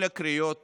כל הקריאות